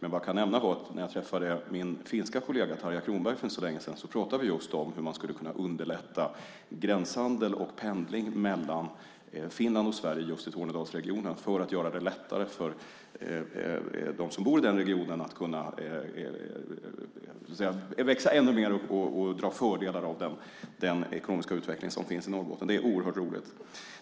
Jag kan nämna att jag träffade min finska kollega Tarja Kronberg för inte så länge sedan. Vi talade om hur man ska kunna underlätta gränshandel och pendling i Tornedalsregionen för att göra det lättare för regionen och dem som bor där att växa ännu mer och dra fördelar av den ekonomiska utveckling som finns i Norrbotten. Det är oerhört roligt.